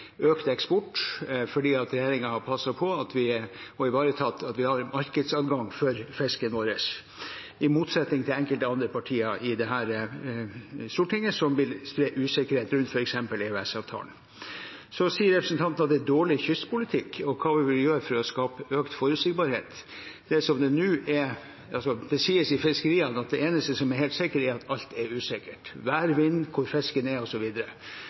økt eksport fordi regjeringen har passet på og ivaretatt at vi har markedsadgang for fisken vår, i motsetning til enkelte andre partier på Stortinget som vil spre usikkerhet rundt f.eks. EØS-avtalen. Så sier representanten at det er dårlig kystpolitikk, og spør hva vi vil gjøre for å skape økt forutsigbarhet. Det sies i fiskeriene at det eneste som er helt sikkert, er at alt er usikkert – vær, vind, hvor fisken er